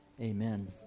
Amen